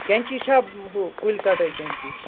کیٚنٛچی چھا ہُہ کُلۍ کَٹٲے کیٚنٛچی